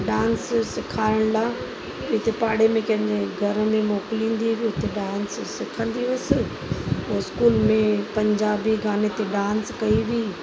dance सिखाइण लाइ हिते पाड़े में कंहिं जे घर में मोकिलींदी बि उते डांस सिखंदी हुअसि ऐं स्कूल में पंजाबी गाने ते डांस कई बि